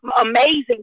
amazing